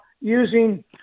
using